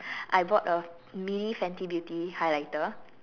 I bought a mini fenty beauty highlighter